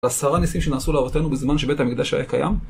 עשרה נסים שנעשו לאבותינו בזמן שבית המקדש היה קיים